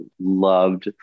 loved